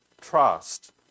trust